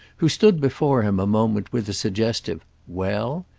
who stood before him a moment with a suggestive well?